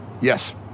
yes